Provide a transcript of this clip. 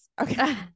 Okay